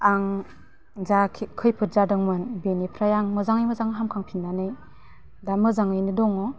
आं जा खि खैफोद जादोंमोन बेनिफ्राय आं मोजाङै मोजां हामखांफिननानै दा मोजाङैनो दङ